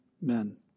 men